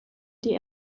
die